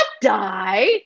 die